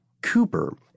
Cooper